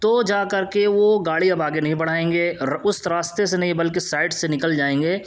تو جا کر کے وہ گاڑی اب آگے نہیں بڑھائیں گے اس راستے سے نہیں بلکہ سائڈ سے نکل جائیں گے